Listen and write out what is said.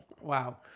Wow